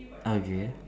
okay